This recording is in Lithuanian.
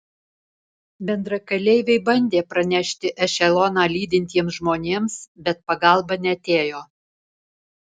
bendrakeleiviai bandė pranešti ešeloną lydintiems žmonėms bet pagalba neatėjo